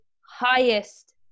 highest